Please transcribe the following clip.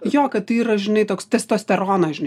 jo kad tai yra žinai toks testosterono žinai